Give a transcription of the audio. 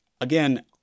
Again